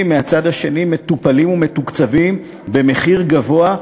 מהצד השני מטופלים ומתוקצבים במחיר גבוה,